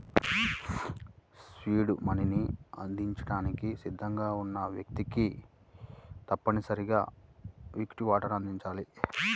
seed మనీని అందించడానికి సిద్ధంగా ఉన్న వ్యక్తికి తప్పనిసరిగా ఈక్విటీ వాటాను అందించాలి